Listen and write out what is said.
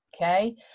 Okay